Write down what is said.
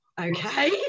okay